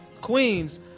Queens